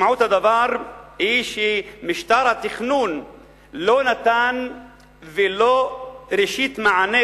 משמעות הדבר היא שמשטר התכנון לא נתן ולו ראשית מענה